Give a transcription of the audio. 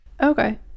Okay